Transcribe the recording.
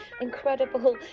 incredible